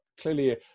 clearly